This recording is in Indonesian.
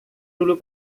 dulu